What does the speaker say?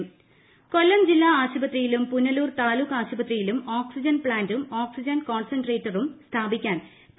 oxygen plant Kollam ജില്ലാ ആശുപത്രിയിലും പുനലൂർ താലൂക്ക് ആശുപത്രിയിലും ഓക്സിജൻ പ്ലാൻറും ഓക്സിജൻ കോൺസെൻട്രേറ്ററും സ്ഥാപിക്കാൻ പി